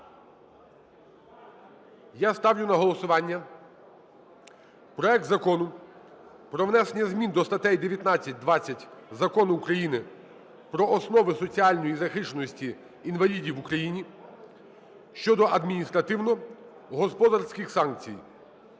я ставлю на голосування проект Закону про внесення змін до статей 19 і, 20 Закону України "Про основи соціальної захищеності інвалідів в Україні" щодо адміністративно-господарських санкцій